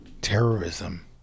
terrorism